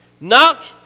Knock